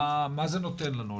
מה זה נותן לנו?